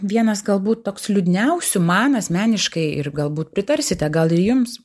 vienas galbūt toks liūdniausių man asmeniškai ir galbūt pritarsite gal ir jums